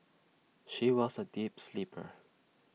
she was A deep sleeper